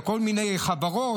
לכל מיני חברות,